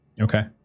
Okay